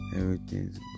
everything's